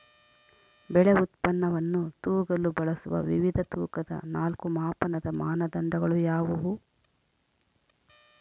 ಬೆಳೆ ಉತ್ಪನ್ನವನ್ನು ತೂಗಲು ಬಳಸುವ ವಿವಿಧ ತೂಕದ ನಾಲ್ಕು ಮಾಪನದ ಮಾನದಂಡಗಳು ಯಾವುವು?